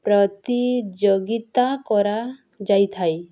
ପ୍ରତିଯୋଗିତା କରାଯାଇଥାଏ